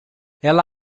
ela